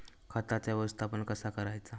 खताचा व्यवस्थापन कसा करायचा?